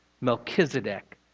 Melchizedek